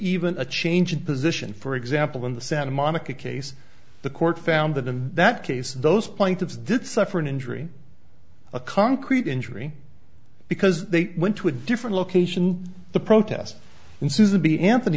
even a change of position for example in the santa monica case the court found that in that case those plaintiffs did suffer an injury a concrete injury because they went to a different location the protests in susan b anthony